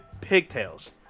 pigtails